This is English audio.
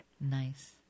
Nice